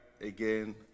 again